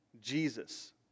Jesus